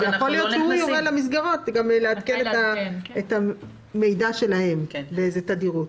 יכול להיות שהוא יורה למסגרות לעדכן את המידע שלהן ובאיזו תדירות.